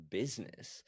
business